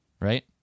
right